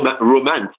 romance